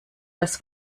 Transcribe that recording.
das